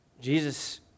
Jesus